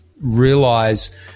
realize